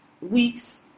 week's